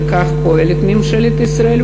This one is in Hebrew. וכך פועלת ממשלת ישראל.